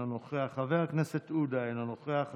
אינו נוכח, חבר הכנסת עודה, אינו נוכח.